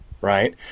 right